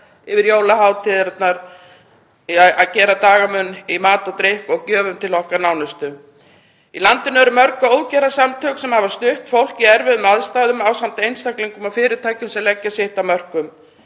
yfir jólahátíðina, að gera okkur dagamun í mat og drykk og gjöfum til okkar nánustu. Í landinu eru mörg góðgerðarsamtök sem hafa stutt fólk í erfiðum aðstæðum ásamt einstaklingum og fyrirtækjum sem leggja sitt af mörkum.